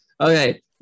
Okay